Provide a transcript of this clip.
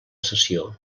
sessió